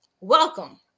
welcome